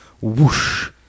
whoosh